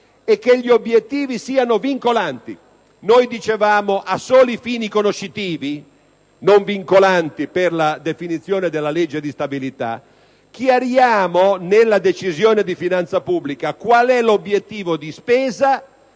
e che gli obiettivi siano vincolanti. Noi dicevamo a soli fini conoscitivi, non vincolanti per la definizione della legge di stabilità. Chiariamo nella Decisione di finanza pubblica qual è l'obiettivo di spesa